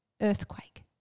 earthquake